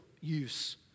use